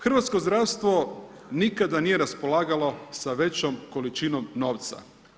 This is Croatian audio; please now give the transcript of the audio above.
Hrvatsko zdravstvo nikada nije raspolagalo sa većom količinom novca.